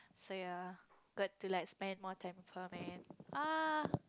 so ya got to like spend more with her man ah